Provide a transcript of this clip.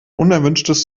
unerwünschtes